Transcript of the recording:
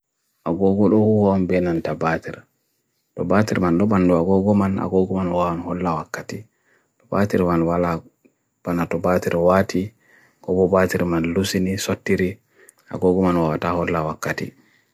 Agogul oo wam benan ta ba'athir. Ta ba'athir man nuban nwagogoman agogoman wawan hola wakati. Ta ba'athir man wala banan ta ba'athir wati. Agogoba'athir man lusini, sotiri. Agogoman wawata hola wakati.